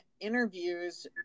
interviews